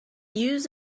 use